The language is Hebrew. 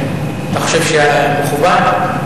אתה חושב שזה מכוון?